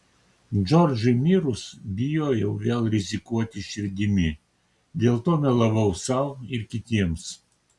džordžui mirus bijojau vėl rizikuoti širdimi dėl to melavau sau ir kitiems